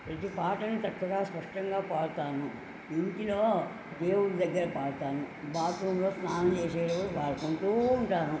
ప్రతి పాటను చక్కగా స్పష్టంగా పాడతాను ఇంట్లో దేవుడి దగ్గర పాడతాను బాత్రూంలో స్నానం చేసి పాడుకుంటు ఉంటాను